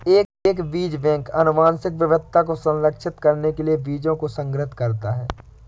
एक बीज बैंक आनुवंशिक विविधता को संरक्षित करने के लिए बीजों को संग्रहीत करता है